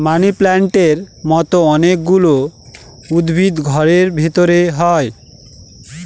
মানি প্লান্টের মতো অনেক গুলো উদ্ভিদ ঘরের ভেতরে হয়